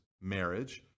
marriage